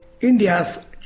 India's